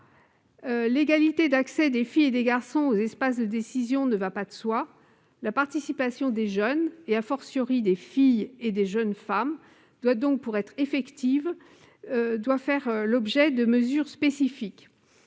L'égalité d'accès des filles et des garçons aux espaces de décision ne va pas de soi. La participation des jeunes, celle des filles et des jeunes femmes, doit faire l'objet de mesures spécifiques